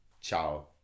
Ciao